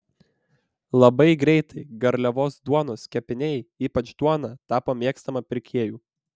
labai greitai garliavos duonos kepiniai ypač duona tapo mėgstama pirkėjų